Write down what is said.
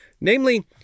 Namely